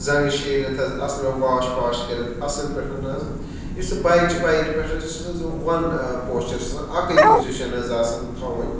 زںٛگہٕ شیٖرِتھ حظ اَصٕل پٲٹھۍ واش پاش کٔرِتھ اَصٕل پٲٹھۍ حظ یُس یہِ بایک چھِ بایکہِ پٮ۪ٹھ حظ چھِس وَن پوسچَر آسان اَکٕے پُزِشَن حظ آسان تھَوٕنۍ